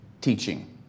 teaching